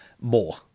more